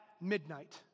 midnight